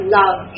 love